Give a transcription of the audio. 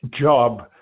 job